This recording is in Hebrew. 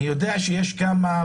אני יודע שיש כמה,